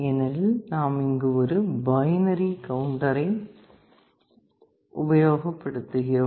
ஏனெனில் நாம் இங்கு ஒரு பைனரி கவுண்டரை உபயோகப்படுத்துகிறோம்